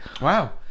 Wow